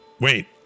Wait